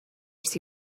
see